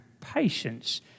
patience